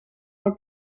del